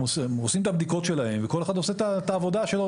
הם עושים את הבדיקות שלהם וכל אחד עושה את העבודה שלו,